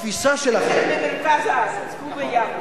התפיסה שלכם, לא, מאיר בא ממרכז הארץ, הוא מיבנה.